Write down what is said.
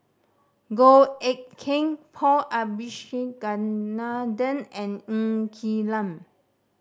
Goh Eck Kheng Paul Abisheganaden and Ng Quee Lam